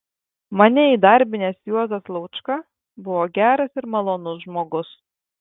mane įdarbinęs juozas laučka buvo geras ir malonus žmogus